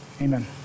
Amen